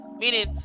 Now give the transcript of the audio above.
meaning